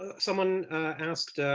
ah someone asked